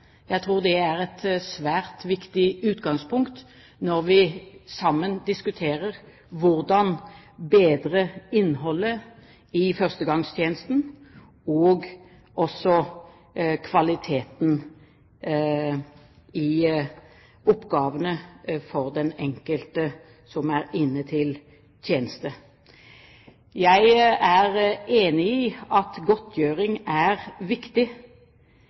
Jeg tror det er et svært viktig utgangspunkt når vi sammen diskuterer hvordan vi skal bedre innholdet i førstegangstjenesten og kvaliteten i oppgavene for den enkelte som er inne til tjeneste. Jeg er enig i at godtgjøring er viktig.